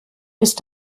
ist